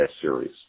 series